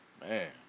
Man